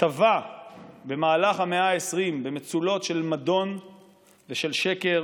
טבע במהלך המאה ה-20 במצולות של מדון ושל שקר